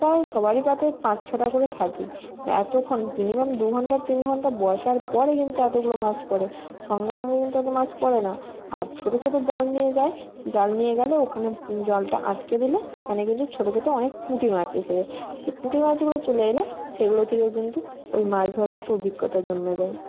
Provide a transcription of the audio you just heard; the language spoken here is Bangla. প্রায় সবারই পাতে পাঁচ ছটা করে থাকে এতক্ষণ মিনিমাম দু ঘণ্টা তিন ঘণ্টা বসার পরে কিন্তু এতগুলো মাছ পড়ে সঙ্গে সঙ্গে কিন্তু এত মাছ পড়ে না আর ছোট ছোট জাল নিয়ে যায় জাল নিয়ে গেলে ওখানে জালটা আটকে দিলে সেখানে কিন্তু ছোট ছোট অনেক পুঁটি মাছ এসে যায় সে পুঁটি মাছগুলো চলে এলে সেগুলো থেকেও কিন্তু ওই মাছ ধরার একটা অভিজ্ঞতা জন্মে যায়